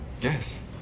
Yes